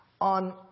on